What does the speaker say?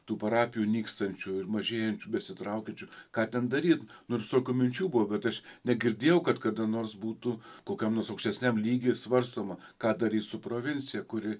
tų parapijų nykstančių ir mažėjančių besitraukiančių ką ten daryt nors tokių minčių buvo bet aš negirdėjau kad kada nors būtų kokiam nors aukštesniam lygyje svarstoma ką darys su provincija kuri